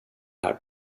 här